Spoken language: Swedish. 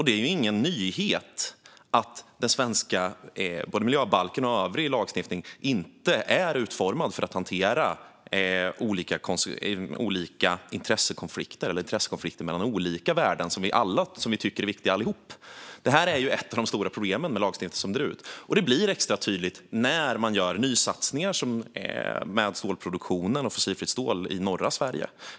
Det är ingen nyhet att den svenska miljöbalken och övrig lagstiftning inte är utformad för att hantera olika intressekonflikter mellan olika värden som vi tycker är viktiga. Det här är ett av problemen med lagstiftningen. Det blir extra tydligt när det görs nysatsningar med stålproduktionen och fossilfritt stål i norra Sverige.